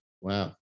wow